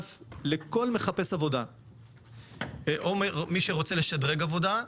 מי שמחפש עבודה או כל מי שרוצה לשדרג עבודה,